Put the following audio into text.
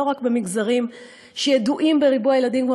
לא רק במגזרים שידועים בריבוי הילדים,